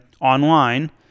online